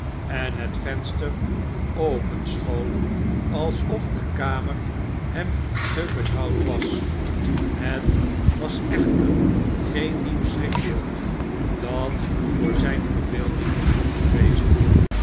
en het venster openschoof alsof de kamer hem te benauwd was het was echter geen nieuw schrikbeeld dat voor zijne verbeelding was opgerezen